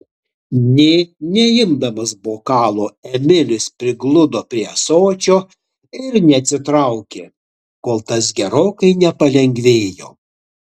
nė neimdamas bokalo emilis prigludo prie ąsočio ir neatsitraukė kol tas gerokai nepalengvėjo